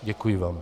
Děkuji vám.